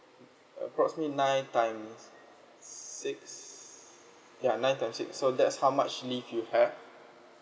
approximately nine times six ya nine times six so that's how much leave you have